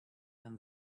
and